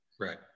Right